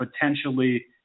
Potentially